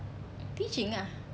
teaching ah